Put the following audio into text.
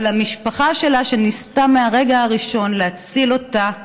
אבל המשפחה שלה, שניסתה מהרגע הראשון להציל אותה